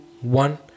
one